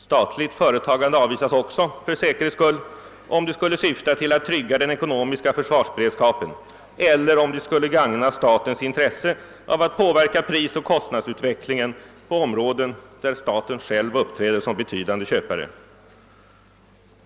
Statligt företagande avvisas också — för säkerhets skull — om det skulle syfta till att trygga den ekonomiska försvarsberedskapen eller om det skulle gagna statens intresse av att påverka prisoch kostnadsutvecklingen på områden, där staten själv uppträder som betydande köpare.